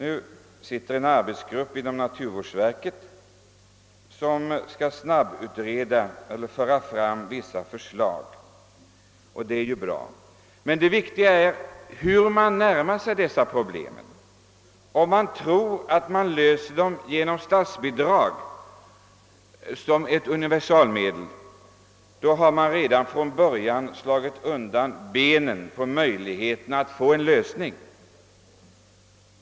En arbetsgrupp har tillsatts inom naturvårdsverket med uppgift att snabbt lägga fram vissa förslag, och det är ju bra. Men det viktigaste är hur man närmar sig dessa problem. Om man tror att man löser dem genom statsbidrag som ett universalmedel har man redan från början förstört möjligheterna till en lösning.